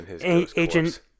Agent